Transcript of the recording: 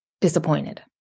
disappointed